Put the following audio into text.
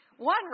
One